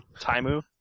Taimu